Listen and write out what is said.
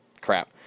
crap